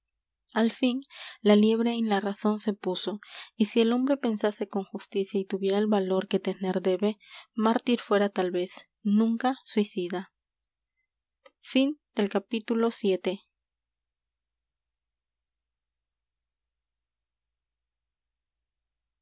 l fin la liebre en la razón se puso y si el hombre pensase con justicia y tuviera el valor que tener debe m á r t i r fuera tal vez nunca suicida